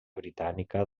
britànica